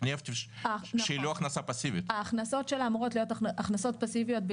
שהיא לא הכנסה פסיבית.